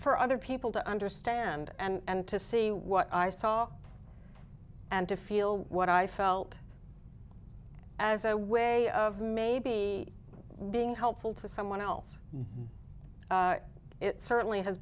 for other people to understand and to see what i saw and to feel what i felt as a way of maybe being helpful to someone else it certainly has